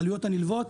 בעלויות הנלוות,